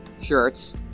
shirts